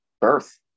birth